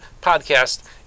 podcast